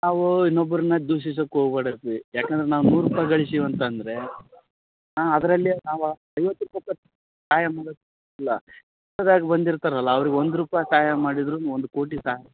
ನಾವು ಇನ್ನೊಬ್ಬರ್ನ ದೂಷಿಸಕ್ಕೆ ಹೋಗ್ಬಾಡಪ್ಪಿ ಯಾಕಂದ್ರೆ ನಾವು ನೂರು ರೂಪಾಯಿ ಗಳ್ಸೀವಂತಂದ್ರೆ ಹಾಂ ಅದರಲ್ಲಿ ನಾವು ಐವತ್ತು ರೂಪಾಯಿ ಖರ್ಚು ಸಹಾಯ ಮಾಡೋದಿಲ್ಲ ಕಷ್ಟಾಗ ಬಂದಿರ್ತಾರಲ್ವ ಅವ್ರಿಗೆ ಒಂದು ರೂಪಾಯಿ ಸಹಾಯ ಮಾಡಿದ್ರೂ ಒಂದು ಕೋಟಿ ಸಹಾಯ